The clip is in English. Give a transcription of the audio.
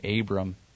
Abram